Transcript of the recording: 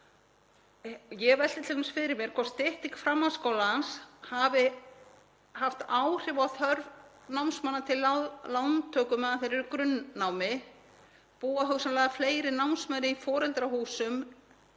Ég velti t.d. fyrir mér hvort stytting framhaldsskólans hafi haft áhrif á þörf námsmanna til lántöku á meðan þeir eru í grunnnámi. Búa hugsanlega fleiri námsmenn í foreldrahúsum